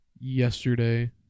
yesterday